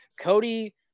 Cody